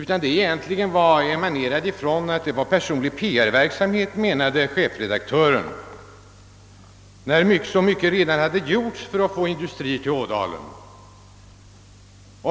Tidningens chefredaktör menade att interpellerandet endast skulle vara en personlig PR verksamhet, eftersom så mycket redan hade gjorts för att få en industri till Ådalen.